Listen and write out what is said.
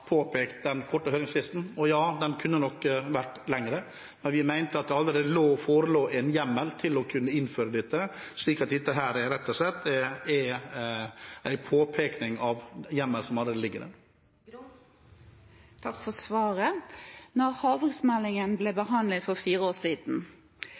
påpekt den korte høringsfristen. Ja, den kunne nok vært lengre, men vi mente at det allerede forelå en hjemmel til å kunne innføre dette, så dette er rett og slett en påpekning av en hjemmel som allerede ligger der. Takk for svaret.